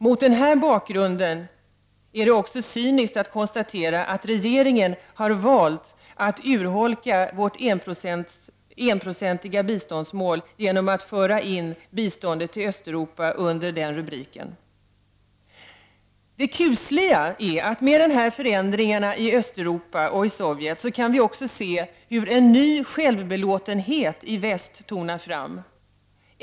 Mot den bakgrunden är det också cyniskt att konstatera att regeringen har valt att urholka Sveriges enprocentiga biståndsmål genom att föra in biståndet till Östeuropa under den rubriken. Det kusliga är, att med dessa förändringar i Östeuropa och i Sovjet kan vi också se hur en ny självbelåtenhet i väst tonar fram.